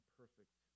perfect